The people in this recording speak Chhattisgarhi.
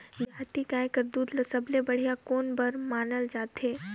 देहाती गाय कर दूध सबले बढ़िया कौन बर मानल जाथे?